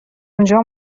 اونجا